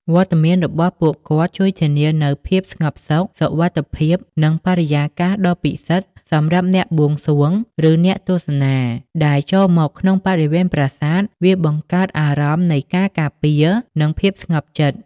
វត្តមានរបស់ពួកគាត់ជួយធានានូវភាពស្ងប់សុខ សុវត្ថិភាព និងបរិយាកាសដ៏ពិសិដ្ឋសម្រាប់អ្នកបួងសួង ឬអ្នកទស្សនា ដែលចូលមកក្នុងបរិវេណប្រាសាទ វាបង្កើតអារម្មណ៍នៃការការពារ និងភាពស្ងប់ចិត្ត។